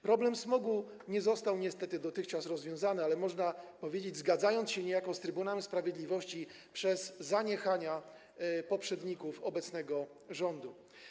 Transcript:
Problem smogu dotychczas niestety nie został rozwiązany, ale można powiedzieć, zgadzając się niejako z Trybunałem Sprawiedliwości, że przez zaniechania poprzedników obecnego rządu.